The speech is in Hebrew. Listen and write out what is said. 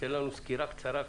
ייתן לנו סקירה קצרה.